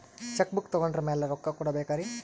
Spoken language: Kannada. ಚೆಕ್ ಬುಕ್ ತೊಗೊಂಡ್ರ ಮ್ಯಾಲೆ ರೊಕ್ಕ ಕೊಡಬೇಕರಿ?